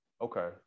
okay